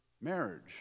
marriage